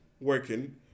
working